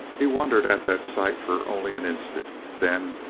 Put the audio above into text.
he wondered at that sight for only an instant then,